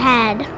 Head